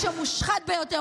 האיש המושחת ביותר,